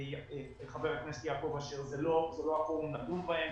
חבר הכנסת יעקב אשר, זה לא הפורום לדון בהם.